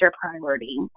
priority